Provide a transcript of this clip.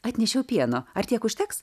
atnešiau pieno ar tiek užteks